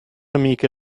amiche